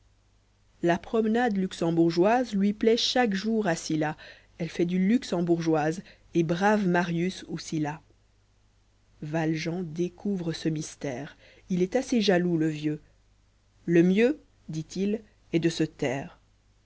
la promenade luxembourgeoise lui platt chaque jour assis là elle fait du luxe en bourgeoise et brave marius ou sylla valjean découvre ce mystère il est assez jaloux le vieux le mieux dit-il est dé se taire